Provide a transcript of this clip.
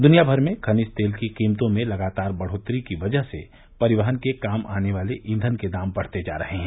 दनिया भर में खनिज तेल की कीमतों में लगातार बढ़ोतरी की वजह से परिवहन के काम आने वाले ईंधन के दाम बढ़ते जा रहे हैं